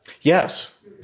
Yes